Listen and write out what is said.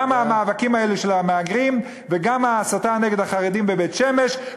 גם המאבקים האלה של המהגרים וגם ההסתה נגד החרדים בבית-שמש,